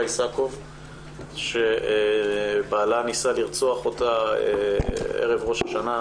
איסקוב שבעלה ניסה לרצוח אותה ערב ראש השנה,